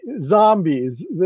zombies